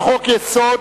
חוק-יסוד: